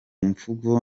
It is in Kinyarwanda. mvugo